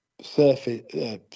surface